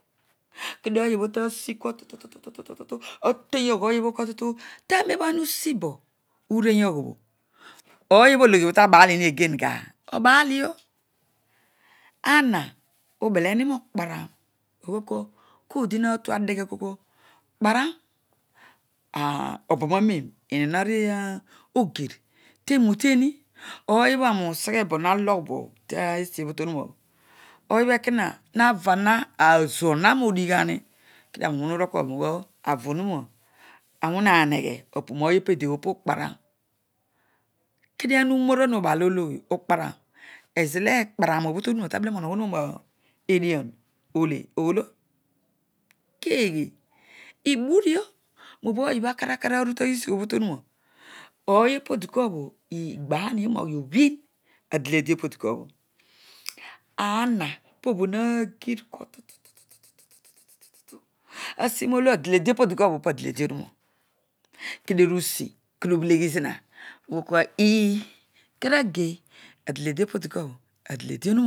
Kedio ooy obho ta sikua tutum ateyogh ooyobho tutu ta neŋ obia ana usi boh ureyogh obho ooy obho ologhiobho tabaal uni again ga obaldio ana ubeleni rookparam ughilkua kodi natha heghe akolkua kpanam aah obamamem inon aara ogir temuteni ooy obho aroi useghe bo ha logh bo bho tesrobho to buroa obho oby obho ekona havaha azuana roodighani kedio ami umuu rool kua karo, ughool auonu na aroinagmeghe apu ooy obediobho pukparan kedio ana umara hobaal ologhi ukparam ezolo ekpaan obho tomu ma tabele roo hogho ohuma me edian ole oolo keeghe ebuno nobho ooy obho akare kema aru ta ghisigh ohuma ooy opo dikuabho igbanni roo ghi obhin adelede opo dikua obho aana pobo haagir tutu asimolo adelede opo dikuabho padelede ohuma kedio urusi kedio ubheleghi zina ugholkua eeh kara gei adelede opo dikuabho adelede ohuma